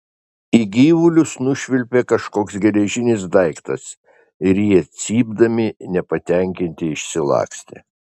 į gyvulius nušvilpė kažkoks geležinis daiktas ir jie cypdami nepatenkinti išsilakstė